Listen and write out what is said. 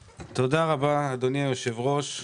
רבה, אדוני היושב-ראש.